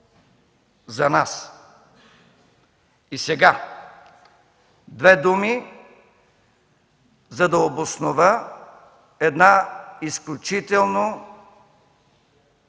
за нас. И сега – две думи, за да обоснова една изключително